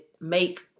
make